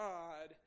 God